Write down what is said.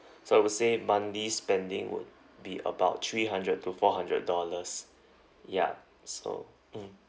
so I would say monthly spending would be about three hundred to four hundred dollars ya so mm